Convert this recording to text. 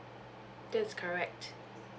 that is correct